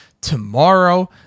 tomorrow